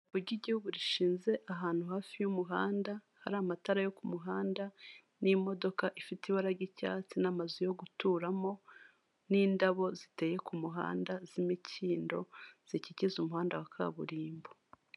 Ikibuga kimenyereweho kwigishirizwamo gutwara ibinyabiziga harimo abantu benshi batandukanye ndetse n'ibinyabiziga bitandukanye hakaba harimo abapolisi babiri bari mu mpuzankano zabo baje gukoresha ibizamini byo gutanga impushya zo gutwara ibinyabiziga ndetse imbere y'umwe muri abo bapolisi harimo abantu bicaye kuri moto.